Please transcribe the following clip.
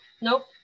Nope